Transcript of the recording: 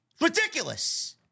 Ridiculous